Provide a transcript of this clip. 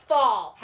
Fall